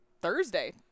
thursday